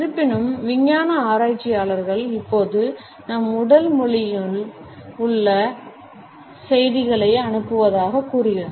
இருப்பினும் விஞ்ஞான ஆராய்ச்சியாளர்கள் இப்போது நம் உடல் மொழியும் உள் செய்திகளை அனுப்புவதாகக் கூறியுள்ளனர்